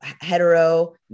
hetero